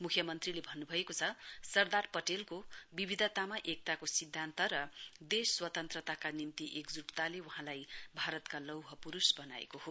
मुख्यमन्त्रीले भन्नुभएको छ सरदार पटेलको विविधतामा एकताको सिध्दान्त र देश स्वतन्त्रताका निम्ति एकजूटताले वहाँलाई भारतका लोहा पुरुष वनाएको हो